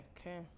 okay